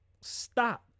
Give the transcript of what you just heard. Stop